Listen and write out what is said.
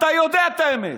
אתה יודע את האמת.